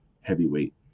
heavyweight